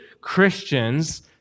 Christians